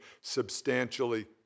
substantially